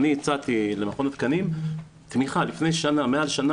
אני הצעתי למכון התקנים לפני מעל שנה